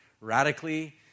radically